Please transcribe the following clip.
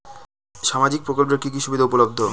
সামাজিক প্রকল্প এর কি কি সুবিধা উপলব্ধ?